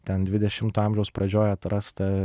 ten dvidešimto amžiaus pradžioj atrastą